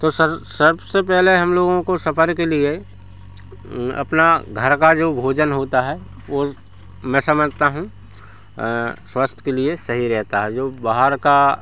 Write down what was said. तो सर सबसे पहले हम लोगों को सफर के लिए अपना घर का जो भोजन होता है वह मैं समझता हूँ स्वस्थ्य के लिए सही रहता है जो बाहर का